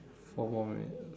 four more minute